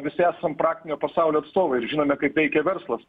visi esam praktinio pasaulio atstovai ir žinome kaip veikia verslas